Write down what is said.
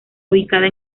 ubicada